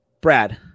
Brad